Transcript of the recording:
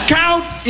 count